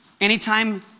anytime